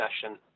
session